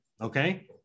Okay